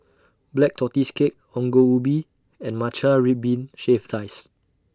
Black Tortoise Cake Ongol Ubi and Matcha Red Bean Shaved Ice